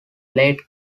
blade